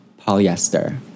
polyester